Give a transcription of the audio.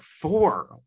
four